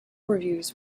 reviews